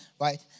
right